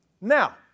Now